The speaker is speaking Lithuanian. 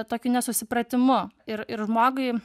tokiu nesusipratimu ir ir žmogui